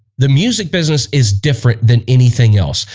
the music business is different than anything else.